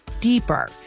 deeper